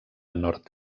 nord